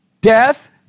Death